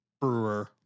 Brewer